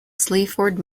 sleaford